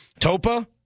Topa